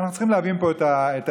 אנחנו צריכים להבין פה את האמת.